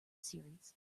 series